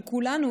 של כולנו.